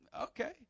okay